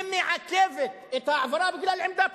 ומעכבת את ההעברה בגלל עמדה פוליטית.